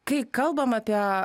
kai kalbam apie